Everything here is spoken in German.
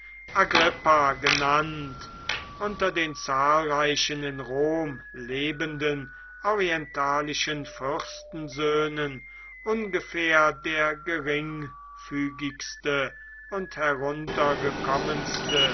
agrippa genannt unter den zahlreichen in rom lebenden orientalischen fürstensöhnen ungefähr der geringfügigste und